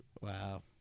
Wow